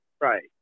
right